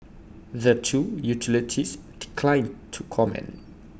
the two utilities declined to comment